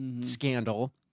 scandal